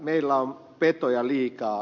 meillä on petoja liikaa